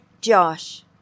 Josh